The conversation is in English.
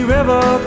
River